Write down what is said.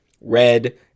Red